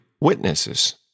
witnesses